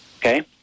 Okay